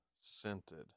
scented